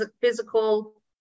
physical